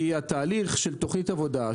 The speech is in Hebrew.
כי התהליך של תוכנית עבודה,